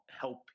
help